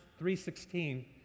3.16